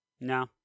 No